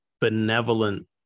benevolent